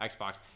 Xbox